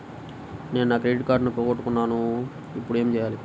నేను నా క్రెడిట్ కార్డును పోగొట్టుకున్నాను ఇపుడు ఏం చేయాలి?